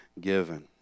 given